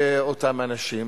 ראש הממשלה,